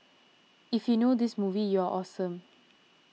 if you know this movie you're awesome